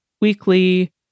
weekly